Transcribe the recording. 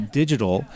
digital